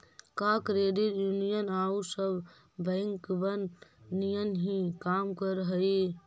का credit union आउ सब बैंकबन नियन ही काम कर हई?